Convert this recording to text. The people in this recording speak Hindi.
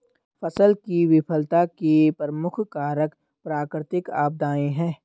फसल की विफलता के प्रमुख कारक प्राकृतिक आपदाएं हैं